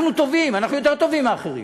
אנחנו טובים, אנחנו יותר טובים מאחרים.